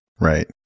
Right